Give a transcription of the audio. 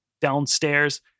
downstairs